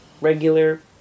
regular